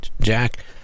jack